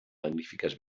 magnífiques